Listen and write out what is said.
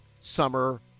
summer